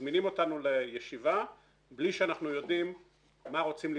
מזמינים אותנו לישיבה בלי שאנחנו יודעים מה רוצים לבדוק.